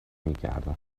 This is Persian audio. میکردن